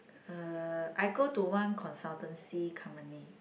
uh I go to one consultancy company